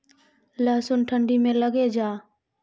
लहसुन ठंडी मे लगे जा?